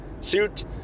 suit